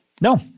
No